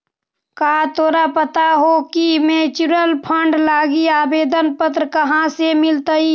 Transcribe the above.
का तोरा पता हो की म्यूचूअल फंड लागी आवेदन पत्र कहाँ से मिलतई?